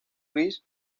gris